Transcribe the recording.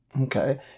Okay